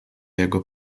jego